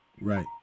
Right